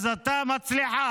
אז אתה מצליחן.